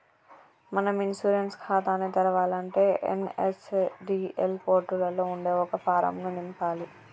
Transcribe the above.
మనం ఇన్సూరెన్స్ ఖాతాని తెరవాలంటే ఎన్.ఎస్.డి.ఎల్ పోర్టులలో ఉండే ఒక ఫారం ను నింపాలి